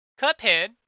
Cuphead